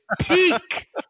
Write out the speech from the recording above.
peak